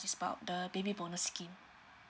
is about the baby bonus scheme